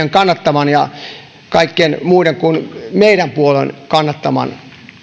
sosiaalidemokraattien kannattaman ja kaikkien muiden kuin meidän puolueen kannattaman